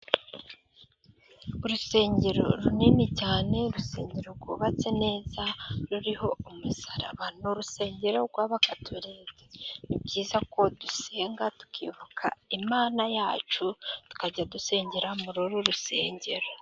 Urusengero runini cyane, urusengero rwubatse neza ruriho umusaraba, ni urusengero rw'abagatorike. Ni byiza ko dusenga tukibuka Imana yacu, tukajya dusengera muri uru rusengero.